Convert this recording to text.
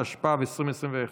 התשפ"ב 2021,